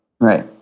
right